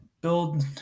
build